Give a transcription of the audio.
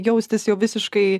jaustis jau visiškai